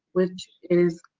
which is